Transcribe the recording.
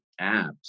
apps